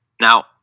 Now